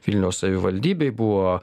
vilniaus savivaldybėj buvo